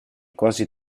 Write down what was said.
quasi